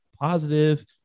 positive